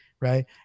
right